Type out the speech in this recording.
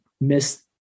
miss